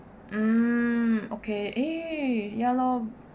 um okay eh ya lor